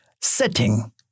setting